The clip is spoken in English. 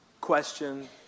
question